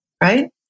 right